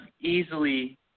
easily